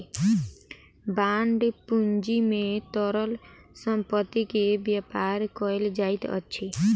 bond पूंजी में तरल संपत्ति के व्यापार कयल जाइत अछि